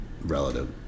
relative